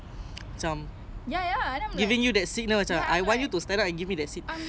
but example like um a pregnant woman that [one] by all means lah